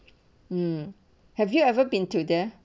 um have you ever been to there